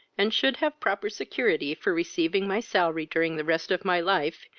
and should have proper security for receiving my salary during the rest of my life,